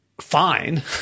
fine